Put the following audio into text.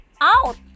out